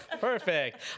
Perfect